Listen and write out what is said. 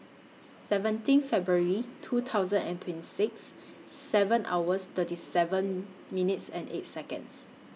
seventeen February two thousand and twenty six seven hours thirty seven minutes and eight Seconds